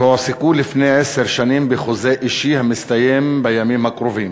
שהועסקו לפני עשר שנים בחוזה אישי המסתיים בימים הקרובים,